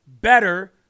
better